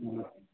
हँ